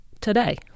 today